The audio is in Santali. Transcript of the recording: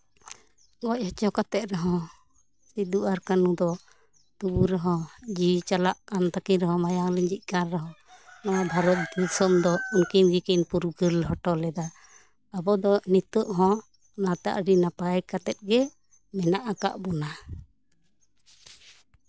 ᱜᱚᱡ ᱦᱚᱪᱚ ᱠᱟᱛᱮᱜ ᱨᱮᱦᱚᱸ ᱥᱤᱫᱩ ᱟᱨ ᱠᱟᱹᱱᱦᱩ ᱫᱚ ᱛᱩᱵᱩ ᱨᱮᱦᱚᱸ ᱡᱤᱣᱤ ᱪᱟᱞᱟᱜ ᱛᱟᱠᱤᱱ ᱨᱮᱦᱚᱸ ᱢᱟᱭᱟᱝ ᱞᱤᱸᱡᱚᱜ ᱠᱟᱱ ᱨᱮᱦᱚᱸ ᱱᱚᱣᱟ ᱵᱷᱟᱨᱚᱛ ᱫᱤᱥᱚᱢ ᱫᱚ ᱩᱱᱠᱤᱱ ᱜᱮᱠᱤᱱ ᱯᱷᱩᱨᱜᱟᱹᱞ ᱦᱚᱴᱚ ᱞᱮᱫᱟ ᱟᱵᱚ ᱫᱚ ᱱᱤᱛᱚᱜ ᱦᱚᱸ ᱚᱱᱟᱛᱮ ᱟᱹᱰᱤ ᱱᱟᱯᱟᱭ ᱠᱟᱛᱮᱜ ᱜᱮ ᱢᱮᱱᱟᱜ ᱟᱠᱟᱜ ᱵᱚᱱᱟ